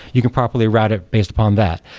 you can properly route it based upon that.